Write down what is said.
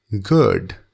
Good